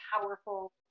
powerful